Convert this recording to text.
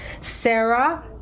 Sarah